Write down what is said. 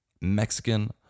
Mexican